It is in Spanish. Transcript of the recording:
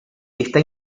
está